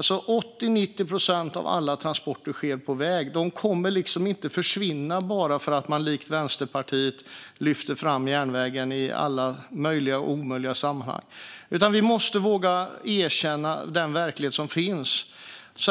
80-90 procent av alla transporter sker på väg, och de kommer inte att försvinna bara för att man likt Vänsterpartiet lyfter fram järnvägen i alla möjliga och omöjliga sammanhang. Vi måste våga erkänna den verklighet som råder.